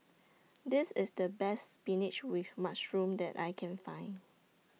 This IS The Best Spinach with Mushroom that I Can Find